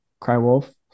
Crywolf